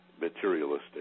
materialistic